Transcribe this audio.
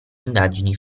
indagini